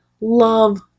love